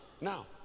Now